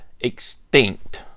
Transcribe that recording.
extinct